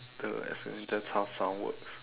!duh! that's how sound works